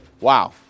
wow